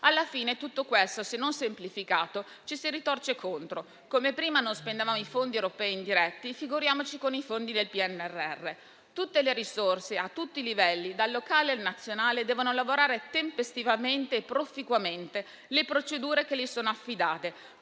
Alla fine tutto questo, se non semplificato, ci si ritorce contro. Come prima non spendevamo i fondi europei indiretti, figuriamoci i fondi del PNRR. Tutte le risorse a tutti i livelli, dal locale al nazionale, devono lavorare tempestivamente e proficuamente alle procedure che sono loro affidate,